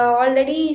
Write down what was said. already